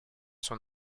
son